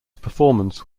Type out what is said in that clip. performance